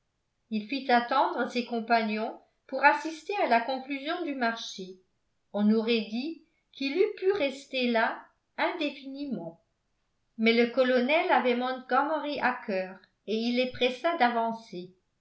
il fit attendre ses compagnons pour assister à la conclusion du marché on aurait dit qu'il eût pu rester là indéfiniment mais le colonel avait montgomery à cœur et il les pressa d'avancer